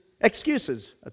excuses